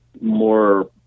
more